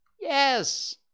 yes